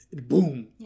boom